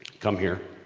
come here,